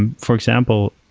and for example,